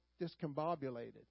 discombobulated